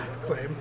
claim